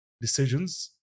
decisions